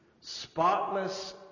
spotless